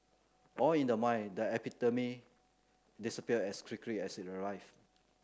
all in the mind the epidemic disappeared as quickly as it arrived